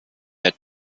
der